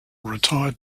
retired